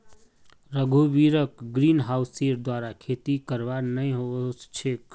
रघुवीरक ग्रीनहाउसेर द्वारा खेती करवा नइ ओस छेक